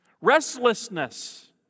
Restlessness